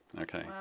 Okay